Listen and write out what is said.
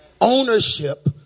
ownership